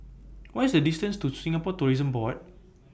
What IS The distance to Singapore Tourism Board